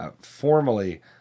formally